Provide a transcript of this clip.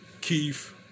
Keith